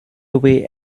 away